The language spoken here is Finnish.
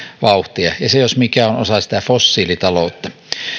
vauhtia se jos mikä on osa sitä fossiilitaloutta